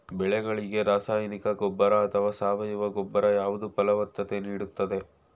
ಬೆಳೆಗಳಿಗೆ ರಾಸಾಯನಿಕ ಗೊಬ್ಬರ ಅಥವಾ ಸಾವಯವ ಗೊಬ್ಬರ ಯಾವುದು ಫಲವತ್ತತೆ ನೀಡುತ್ತದೆ?